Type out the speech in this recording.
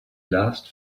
last